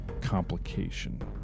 complication